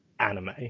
anime